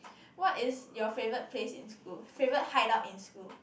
what is your favourite place in school favourite hideout in school